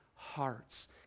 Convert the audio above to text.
Hearts